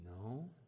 No